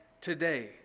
today